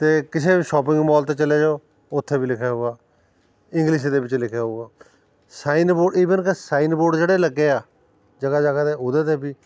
ਅਤੇ ਕਿਸੇ ਵੀ ਸ਼ੋਪਿੰਗ ਮੋਲ 'ਤੇ ਚਲੇ ਜਾਉ ਉੱਥੇ ਵੀ ਲਿਖਿਆ ਹੋਊਗਾ ਇੰਗਲਿਸ਼ ਦੇ ਵਿੱਚ ਲਿਖਿਆ ਹੋਊਗਾ ਸਾਈਨ ਬੋਰਡ ਈਵਨ ਕਿ ਸਾਈਨ ਬੋਰਡ ਜਿਹੜੇ ਲੱਗੇ ਆ ਜਗ੍ਹਾ ਜਗ੍ਹਾ 'ਤੇ ਉਹਦੇ 'ਤੇ ਵੀ